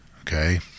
okay